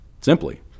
simply